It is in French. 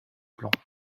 plants